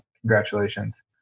Congratulations